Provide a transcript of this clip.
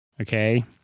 okay